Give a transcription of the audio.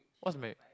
what's married